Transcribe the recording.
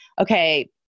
okay